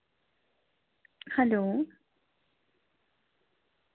hello